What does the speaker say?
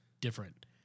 different